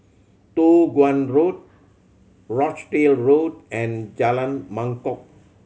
Toh Guan Road Rochdale Road and Jalan Mangkok